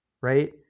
right